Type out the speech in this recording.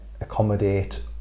accommodate